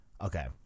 okay